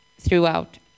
throughout